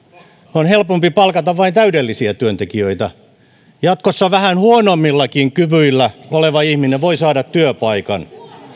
on helpompi palkata vain täydellisiä työntekijöitä jatkossa vähän huonommillakin kyvyillä oleva ihminen voi saada työpaikan